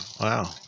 wow